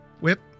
whip